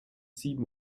sieben